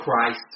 Christ